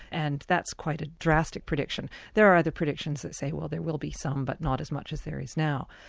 and that's quite a drastic prediction. there are other predictions that say well there will be some, but not as much as there is now.